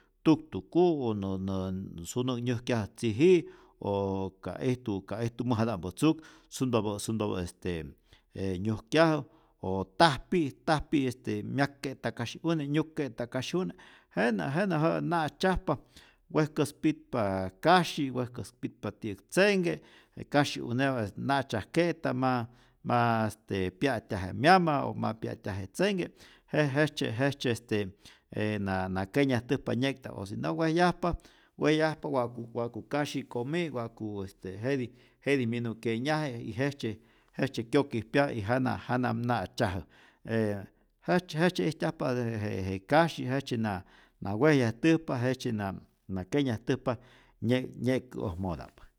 Tuktuku' o nä nä sunu'k nyujkyajä tziji'i, o ka ijtu ka ijtu mäjata'mpä tzuk sunpa sunpapä' este e nyujkyajä o tajpi'i tajpi' este myak'keta kasyi'une', nyuk'keta kasyi'une', jenä jenä' jä'ä na'tzyajpa, wejkäspitpa kasyi, wejkäspitpa ti'yäk tzenhke, je kasyi'uneta'p na'tzyajke'ta, ma ma este pya'tyaje myama o ma pya'tyaje tzenhke, je jejtzye jejtzye este na na kenyajtäjpa nye'kta'p o si no wejyajpa wejyajpa wa'ku wa'ku kasyi komi' wa'ku este jetij jetij minu kyenyaje y jejtzye jejtzye kyokijpyaj y janam janam na'tzyajä, e jejtzye jejtzye ijtyajpa de je je kasyi', jejtzye na na wejyajtäjpa, jejtzye na na kenyajtäjpa nye' nye'kä'ojmota'p.